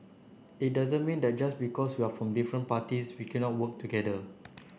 it doesn't mean that just because we're from different parties we cannot work together